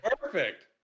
Perfect